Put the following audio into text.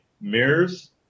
mirrors